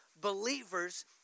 believers